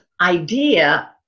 idea